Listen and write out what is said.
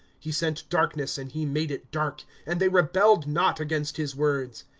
he sent darltness, and he made it dark and they rebelled not against his words.